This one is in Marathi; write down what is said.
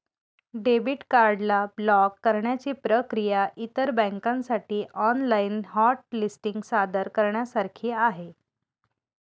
डेबिट कार्ड ला ब्लॉक करण्याची प्रक्रिया इतर बँकांसाठी ऑनलाइन हॉट लिस्टिंग सादर करण्यासारखी आहे